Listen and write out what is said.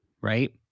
right